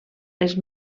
els